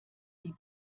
die